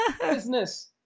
business